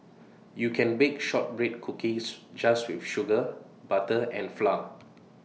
you can bake Shortbread Cookies just with sugar butter and flour